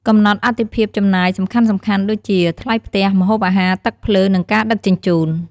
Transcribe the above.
កំណត់អាទិភាពចំណាយសំខាន់ៗដូចជា ថ្លៃផ្ទះ ម្ហូបអាហារ ទឹកភ្លើង និងការដឹកជញ្ជូន។